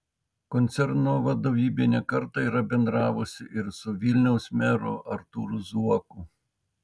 koncerno vadovybė ne kartą yra bendravusi ir su vilniaus meru artūru zuoku